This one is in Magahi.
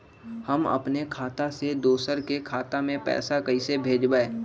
हम अपने खाता से दोसर के खाता में पैसा कइसे भेजबै?